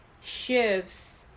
shifts